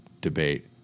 debate